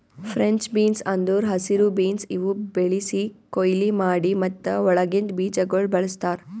French beans ಅಂದುರ್ ಹಸಿರು beans ಇವು ಬೆಳಿಸಿ, ಕೊಯ್ಲಿ ಮಾಡಿ ಮತ್ತ ಒಳಗಿಂದ್ ಬೀಜಗೊಳ್ ಬಳ್ಸತಾರ್